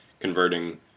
converting